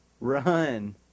Run